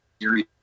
series